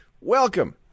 Welcome